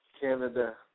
Canada